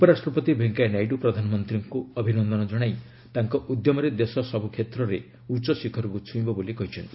ଉପରାଷ୍ଟ୍ରପତି ଭେଙ୍କିୟାନାଇଡୁ ପ୍ରଧାନମନ୍ତ୍ରୀଙ୍କୁ ଅଭିନନ୍ଦନ ଜଣାଇ ତାଙ୍କ ଉଦ୍ୟମରେ ଦେଶ ସବୁ କ୍ଷେତ୍ରରେ ଉଚ୍ଚଶିଖରକୁ ଛୁଇଁବ ବୋଲି କହିଛନ୍ତି